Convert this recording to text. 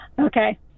Okay